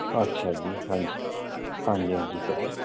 ਅੱਛਾ ਜੀ ਹਾਂਜੀ ਹਾਂਜੀ ਹਾਂਜੀ ਸਰ